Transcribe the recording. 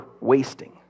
wasting